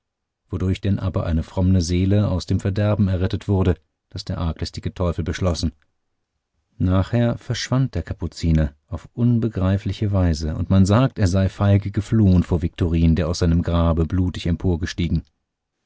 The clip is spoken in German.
wodurch denn aber eine fromme seele aus dem verderben errettet wurde das der arglistige teufel beschlossen nachher verschwand der kapuziner auf unbegreifliche weise und man sagt er sei feige geflohn vor viktorin der aus seinem grabe blutig